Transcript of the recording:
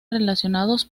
relacionados